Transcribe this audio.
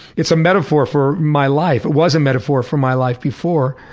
it's a metaphor for my life, it was a metaphor for my life before,